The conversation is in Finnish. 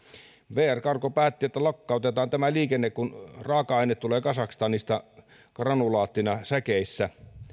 vr gargo päätti että lakkautetaan tämä liikenne kun raaka aine tulee kazakstanista granulaattina säkeissä